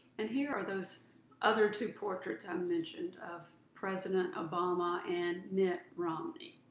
and here are those other two portraits i mentioned of president obama and mitt romney.